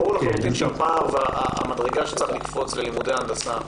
ברור לחלוטין שהפער והמדרגה שצריך לקפוץ ללימודי הנדסה,